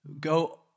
go